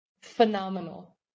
phenomenal